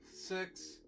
six